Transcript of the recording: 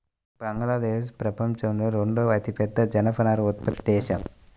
బంగ్లాదేశ్ ప్రపంచంలో రెండవ అతిపెద్ద జనపనార ఉత్పత్తి దేశం